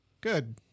Good